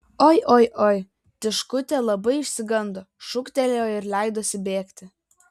oi oi oi tiškutė labai išsigando šūktelėjo ir leidosi bėgti